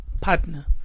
partner